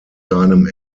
seinem